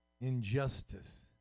injustice